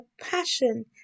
passion